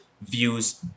Views